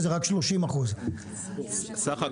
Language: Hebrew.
וזה רק 30%. סך הכל.